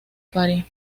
paria